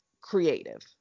creative